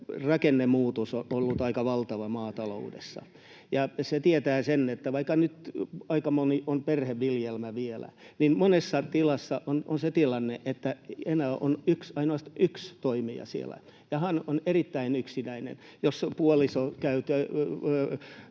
rakennemuutos on ollut aika valtava maataloudessa. Se tietää sitä, että vaikka nyt aika moni on vielä perheviljelmä, niin monella tilalla on se tilanne, että enää on ainoastaan yksi toimija siellä ja hän on erittäin yksinäinen. Jos puoliso käy